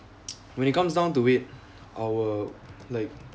when it comes down to weight our like